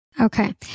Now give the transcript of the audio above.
Okay